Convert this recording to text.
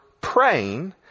praying